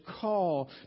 call